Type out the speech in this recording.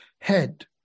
head